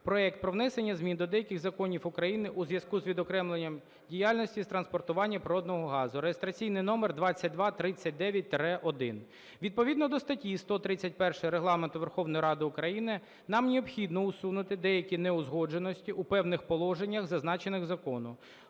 проект "Про внесення змін до деяких законів України у зв'язку з відокремленням діяльності з транспортування природного газу" (реєстраційний номер 2239-1). Відповідно до статті 131 Регламенту Верховної Ради України нам необхідно усунути деякі неузгодженості в певних положеннях зазначених закону.